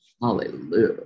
Hallelujah